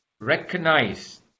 recognize